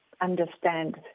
understand